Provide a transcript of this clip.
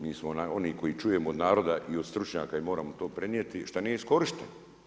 Mi smo oni koji čujemo od naroda i od stručnjaka i moramo to prenijeti, šta nije iskorišteno.